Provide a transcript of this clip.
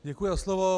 Děkuji za slovo.